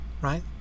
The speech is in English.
right